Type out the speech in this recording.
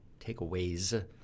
takeaways